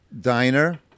Diner